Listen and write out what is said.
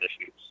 issues